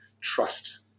trust